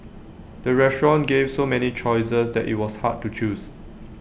the restaurant gave so many choices that IT was hard to choose